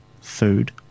food